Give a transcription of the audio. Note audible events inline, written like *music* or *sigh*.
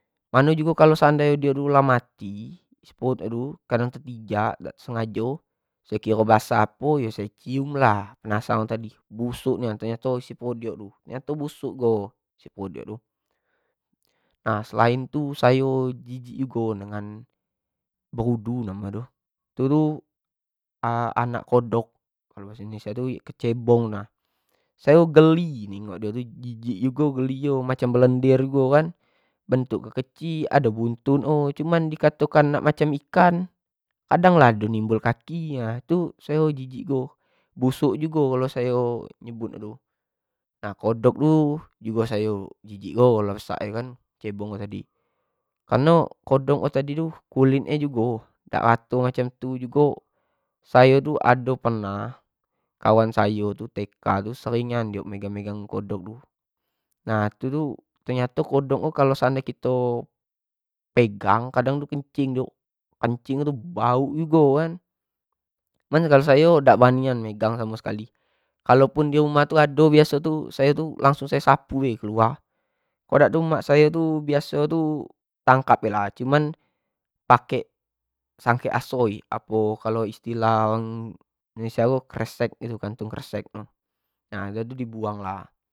Mano jugo kalau seandai nyo dio lah mati, spot tu kadang tepijak, dak sengajo sayo kiro basah po yo sayo cium lah penasaran tadi, busuk nian ternyato isi perut dio tu, nyato busuk jugo isi perut diok tu, nah selain tu sayo jijik jugo dengan berudu namo nyo tu, itu-tu *hesitation* anak kodok kalo bahaso indonesia tu, kecebong itu nah sayo geli itu nah jijik jugo, geli jugo macam belendir jugo kan, bentuk nyo kecik ado buntut nyo, cuman di kato nak macam ikan kadang lah ado nimbul kaki nah tu sayo jijik jugo, busuk jugo kalo sayo sebut tu, nah kodok tu jugo sayo jijik jugo kalo besak tu kan, kecebong tadi kareno kodok ko tadi tu kulit nyo jugo dak rato macam tu jugo sayo tu ado pernah kawan sayo tu tk tu sering nian diok megang kodok tu, nah itu tu ternyato kodok tu kalau kito pegang kadang tu kencing diok, kencing nyo tu bauk jugo kan cuman kalau sayo dak berani nian megang amo sekali kalau pundi rumah itu ado, itu pun langsung sayo sapu keluar rumah tu, kalo dak tu mak sayo tu tangkap tu lah, cuman pake sangkek asoi, apo kalau istilah orang bahaso indonesia tu kresek nah mako di buang lah.